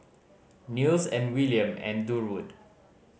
Nils and Willaim and Durwood